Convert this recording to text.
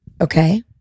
Okay